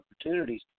opportunities